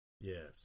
Yes